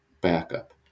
backup